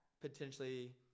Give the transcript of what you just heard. potentially